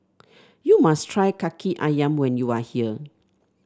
you must try kaki ayam when you are here